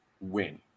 win